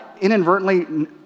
inadvertently